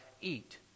Eat